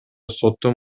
соттун